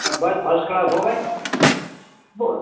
બસ first class હો ભાઈ બોલો